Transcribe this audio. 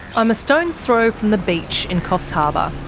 i'm a stone's throw from the beach in coffs harbour,